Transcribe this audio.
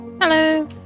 Hello